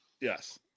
Yes